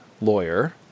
lawyer